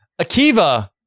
Akiva